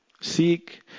Seek